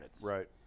Right